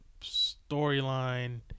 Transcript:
storyline